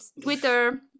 Twitter